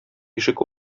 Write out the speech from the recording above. ишек